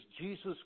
Jesus